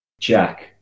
Jack